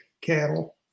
cattle